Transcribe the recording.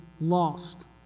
lost